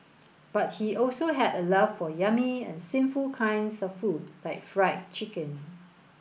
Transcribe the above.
but he also had a love for yummy and sinful kinds of food like Fried Chicken